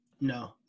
No